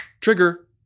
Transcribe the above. Trigger